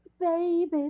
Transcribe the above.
Baby